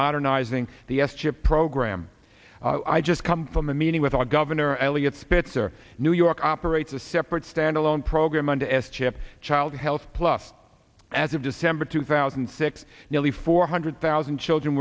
modernizing the s chip program i just come from a meeting with our governor eliot spitzer new york operates a separate stand alone program on to s chip child health plus as of december two thousand and six nearly four hundred thousand children